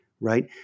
right